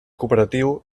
cooperatiu